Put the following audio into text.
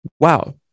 wow